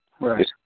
Right